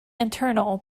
internal